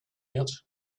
yet